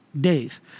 days